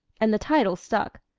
and the title stuck.